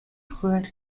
хувиар